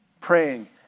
praying